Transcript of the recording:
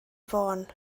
fôn